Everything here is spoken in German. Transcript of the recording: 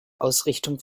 ausrichtung